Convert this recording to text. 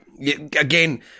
again